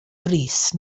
brys